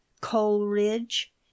coleridge